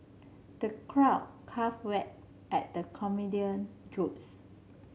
the crowd at the comedian jokes